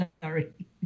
Sorry